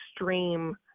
extreme